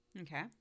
Okay